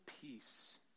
peace